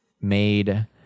made